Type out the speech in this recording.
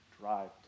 drive